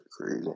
Crazy